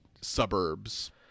suburbs